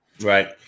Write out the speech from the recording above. Right